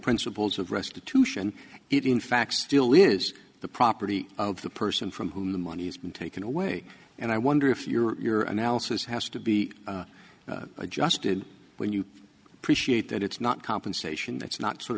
principles of restitution it in fact still is the property of the person from whom the money has been taken away and i wonder if your analysis has to be adjusted when you appreciate that it's not compensation that's not sort